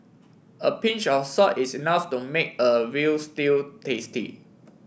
a pinch of salt is enough to make a veal stew tasty